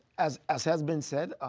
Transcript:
as as has been said,